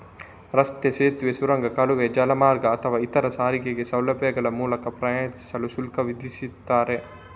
ರಸ್ತೆ, ಸೇತುವೆ, ಸುರಂಗ, ಕಾಲುವೆ, ಜಲಮಾರ್ಗ ಅಥವಾ ಇತರ ಸಾರಿಗೆ ಸೌಲಭ್ಯಗಳ ಮೂಲಕ ಪ್ರಯಾಣಿಸಲು ಶುಲ್ಕ ವಿಧಿಸ್ತಾರೆ